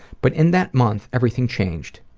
but in that month, everything changed.